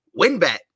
WinBet